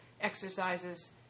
exercises